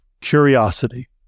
Curiosity